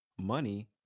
money